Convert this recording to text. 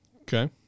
Okay